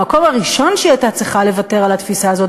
המקום הראשון שהיא הייתה צריכה לוותר בו על התפיסה הזאת